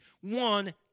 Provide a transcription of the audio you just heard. one